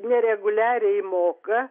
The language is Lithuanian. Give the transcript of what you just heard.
nereguliariai moka